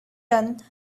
done